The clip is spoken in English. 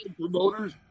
promoters